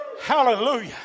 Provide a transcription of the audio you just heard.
Hallelujah